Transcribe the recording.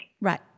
Right